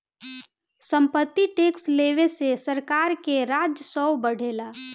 सम्पत्ति टैक्स लेवे से सरकार के राजस्व बढ़ेला